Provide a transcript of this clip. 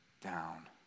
down